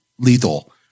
Lethal